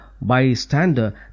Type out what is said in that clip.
bystander